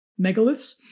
megaliths